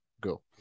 Go